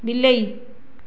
ବିଲେଇ